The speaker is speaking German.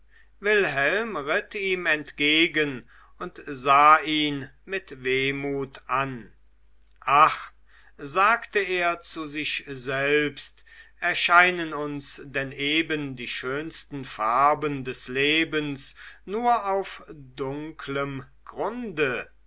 wilhelm ritt ihm entgegen und sah ihn mit wehmut an ach sagte er zu sich selbst erscheinen uns denn eben die schönsten farben des lebens nur auf dunklem grunde